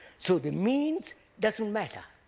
so the means doesn't matter,